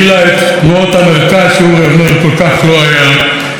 שאורי אבנרי כל כך לא היה שותף להן ומזדהה עימן.